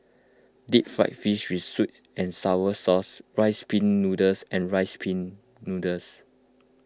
Deep Fried Fish with Sweet and Sour Sauce Rice Pin Noodles and Rice Pin Noodles